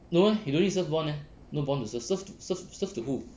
no ah he don't need serve bond eh no bond to serve serve serve serve to who